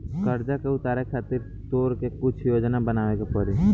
कर्जा के उतारे खातिर तोरा के कुछ योजना बनाबे के पड़ी